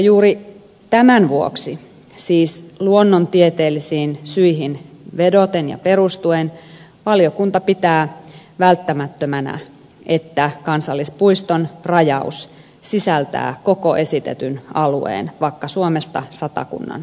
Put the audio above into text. juuri tämän vuoksi siis luonnontieteellisiin syihin vedoten ja perustuen valiokunta pitää välttämättömänä että kansallispuiston rajaus sisältää koko esitetyn alueen vakka suomesta satakunnan alueelle